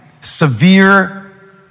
severe